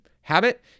habit